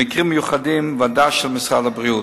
ובמקרים מיוחדים, ועדה של משרד הבריאות.